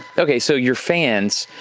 okay, so your fans.